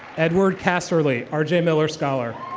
edward kasserly, arjay miller scholar.